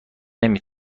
نمی